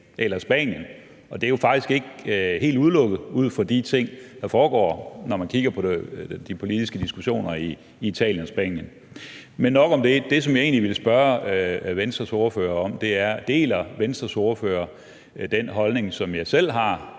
eller Spanien, og det er faktisk ikke helt udelukket ud fra de ting, der foregår, når man kigger på de politiske diskussioner i Italien og i Spanien. Men nok om det. Det, som jeg egentlig vil spørge Venstres ordfører om, er: Deler Venstres ordfører den opfattelse, som jeg selv har,